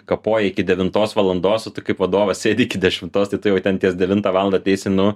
kapoji iki devintos valandos o tu kaip vadovas sėdi iki dešimtos tai tu jau ten ties devinta valanda ateisi nu